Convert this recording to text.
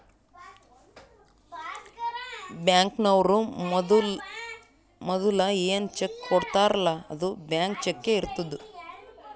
ಬ್ಯಾಂಕ್ನವ್ರು ಮದುಲ ಏನ್ ಚೆಕ್ ಕೊಡ್ತಾರ್ಲ್ಲಾ ಅದು ಬ್ಲ್ಯಾಂಕ್ ಚಕ್ಕೇ ಇರ್ತುದ್